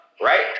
Right